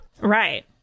Right